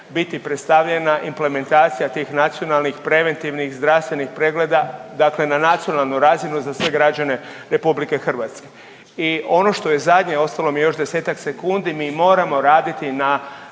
biti predstavljena implementacija tih nacionalnih preventivnih zdravstvenih pregleda dakle na nacionalnu razinu za sve građane RH. I ono što je zadnje, ostalo mi još 10-ak sekundi mi moramo raditi na